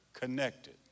connected